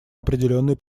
определенный